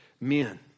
men